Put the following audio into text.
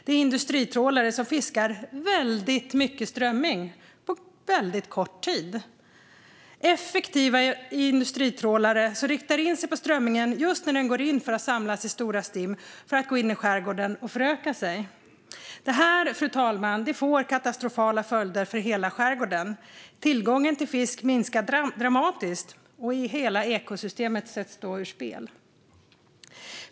Det är industritrålare som fiskar väldigt mycket strömming på kort tid. Effektiva industritrålare riktar in sig på strömmingen just när den samlas i stora stim för att gå in i skärgården och föröka sig. Detta får katastrofala följder för hela skärgården. Tillgången till fisk minskar dramatiskt, och hela ekosystemet sätts ur spel.